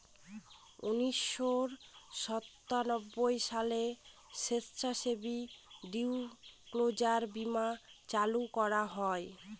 উনিশশো সাতানব্বই সালে স্বেচ্ছাসেবী ডিসক্লোজার বীমা চালু করা হয়